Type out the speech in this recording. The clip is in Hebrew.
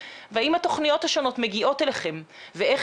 כעלייה חדה שנמשכת בכל השנים ואנחנו